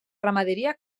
ramaderia